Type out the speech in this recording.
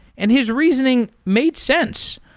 and his reasoning made sense.